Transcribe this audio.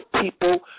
people